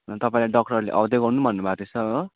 अन्त तपाईँलाई डक्टरले आउँदै गर्नु पनि भन्नु भएको थिएछ हो